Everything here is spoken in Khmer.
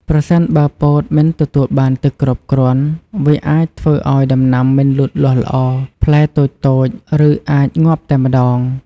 ប្រសិនបើពោតមិនទទួលបានទឹកគ្រប់គ្រាន់ វាអាចធ្វើឱ្យដំណាំមិនលូតលាស់ល្អ ផ្លែតូចៗ ឬអាចងាប់តែម្តង។